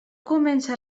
comença